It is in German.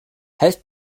helft